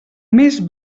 més